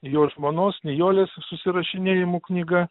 jo žmonos nijolės susirašinėjimų knyga